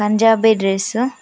Punjabi dress